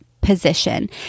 position